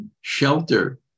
Shelter